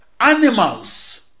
animals